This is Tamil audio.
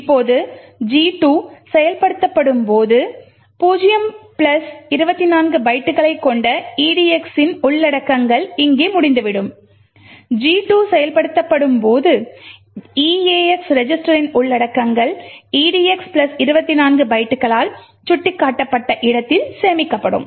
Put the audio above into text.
இப்போது G2 செயல்படுத்தப்படும்போது 0 24 பைட்டுகள் கொண்ட edx ன் உள்ளடக்கங்கள் இங்கே முடிந்துவிடும் G2 செயல்படுத்தப்படும்போது eax ரெஜிஸ்டரின் உள்ளடக்கங்கள் edx 24 பைட்டுகளால் சுட்டிக்காட்டப்பட்ட இடத்தில் சேமிக்கப்படும்